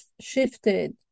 shifted